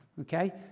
Okay